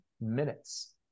minutes